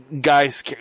guys